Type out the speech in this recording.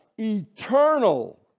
eternal